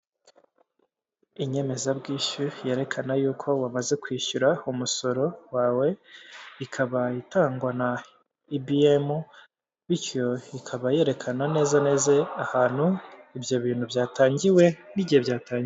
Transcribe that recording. Inyemezabwishyu ,yerekana yuko wamaze kwishyura umusoro wawe, ikabaye itangwa na IBM, bityo ikaba yerekana neza neza ahantu ibyo bintu byatangiwe n'igihe byatangiwe.